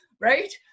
right